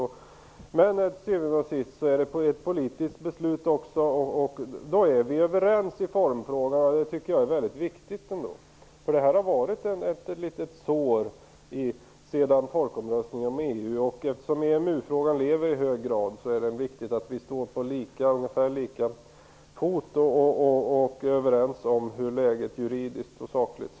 Till syvende och sist är detta också ett politiskt beslut. Vi är överens i formfrågan, och det tycker jag är viktigt. Detta har ju varit ett litet sår sedan folkomröstningen om EU, och eftersom EMU-frågan lever i hög grad är det viktigt att vi är överens om hur läget ser ut juridiskt och sakligt.